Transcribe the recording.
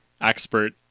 expert